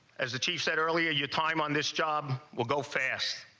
as the chief said earlier your time on this job, will go fast,